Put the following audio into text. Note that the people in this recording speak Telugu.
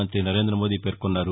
మంతి నరేంద మోదీ పేర్కొన్నారు